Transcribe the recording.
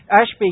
Ashby